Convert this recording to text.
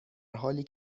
حالی